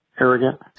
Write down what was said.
arrogant